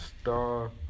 Star